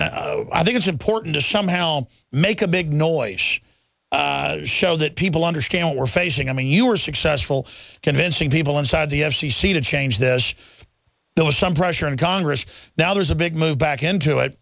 and i think it's important to somehow make a big noise show that people understand what we're facing i mean you were successful convincing people inside the f c c to change that there was some pressure on congress now there's a big move back into it